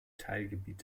teilgebiet